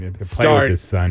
start